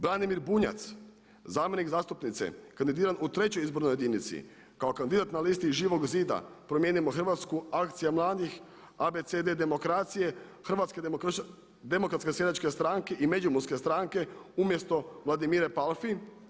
Danimir Bunjac zamjenik zastupnice kandidiran u trećoj izbornoj jedinici kao kandidat na listi Živog zida, Promijenimo Hrvatsku, Akcija mladih, Abeceda demokracije, Hrvatske demokratske seljačke stranke i Međimurske stranke umjesto Vladimire Palfi.